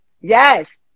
yes